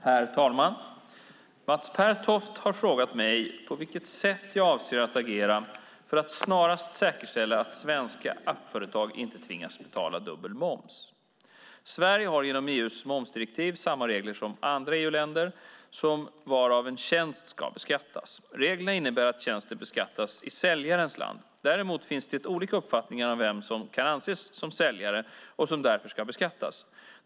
Herr talman! Mats Pertoft har frågat mig på vilket sätt jag avser att agera för att snarast säkerställa att svenska appföretag inte tvingas betala dubbel moms. Sverige har genom EU:s momsdirektiv samma regler som andra EU-länder om var en tjänst ska beskattas. Reglerna innebär att tjänsten beskattas i säljarens land. Däremot finns det olika uppfattningar om vem som kan anses som säljare och som därför ska beskattas.